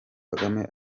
kagame